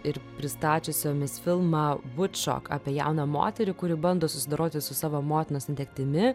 ir prisistačiusiomis filmą vučo apie jauną moterį kuri bando susidoroti su savo motinos netektimi